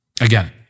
again